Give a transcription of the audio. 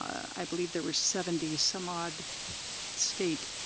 i believe there were seventy some odd state